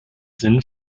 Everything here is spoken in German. sinn